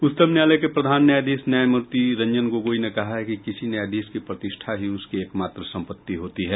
उच्चतम न्यायालय के प्रधान न्यायाधीश न्यायमूर्ति रंजन गोगोई ने कहा है कि किसी न्यायाधीश की प्रतिष्ठा ही उसकी एकमात्र सम्पत्ति होती है